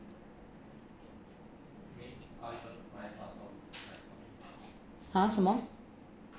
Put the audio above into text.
!huh! shen me